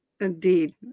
Indeed